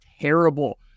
terrible